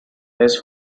his